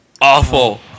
Awful